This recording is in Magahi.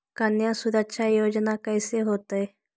कन्या सुरक्षा योजना कैसे होतै?